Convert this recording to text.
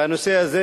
והנושא הזה,